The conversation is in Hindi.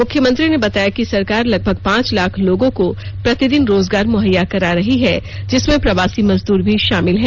मुख्यमंत्री ने बताया कि सरकार लगभग पांच लाख लोगों को प्रतिदिन रोजगार मुहैया करा रही है जिसमें प्रवासी मजदूर भी शामिल हैं